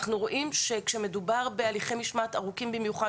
אנחנו רואים שכשמדובר בהליכי משמעת ארוכים במיוחד